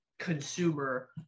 consumer